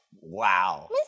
Wow